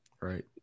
Right